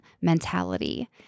mentality